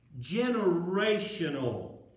generational